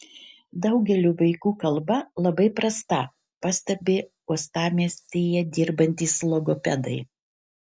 daugelio vaikų kalba labai prasta pastebi uostamiestyje dirbantys logopedai